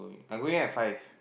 I going at five